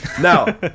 Now